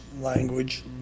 language